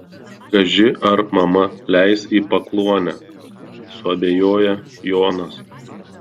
kaži ar mama leis į pakluonę suabejoja jonas